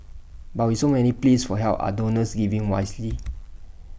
but with so many pleas for help are donors giving wisely